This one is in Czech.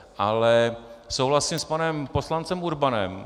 Ale souhlasím s panem poslancem Urbanem.